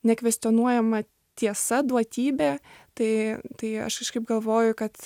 nekvestionuojama tiesa duotybė tai tai aš kažkaip galvoju kad